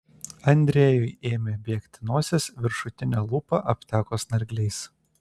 andrejui ėmė bėgti nosis viršutinė lūpa apteko snargliais